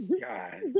God